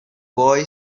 boy